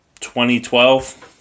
2012